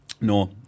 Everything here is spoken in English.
No